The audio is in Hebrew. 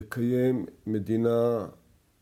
לקיים מדינה